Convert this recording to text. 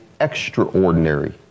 extraordinary